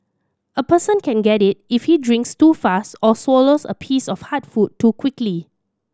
a person can get it if he drinks too fast or swallows a piece of hard food too quickly